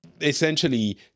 essentially